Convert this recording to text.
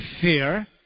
fear